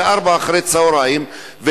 ב-16:00,